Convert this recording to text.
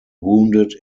wounded